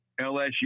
LSU